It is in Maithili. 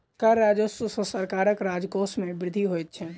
कर राजस्व सॅ सरकारक राजकोश मे वृद्धि होइत छै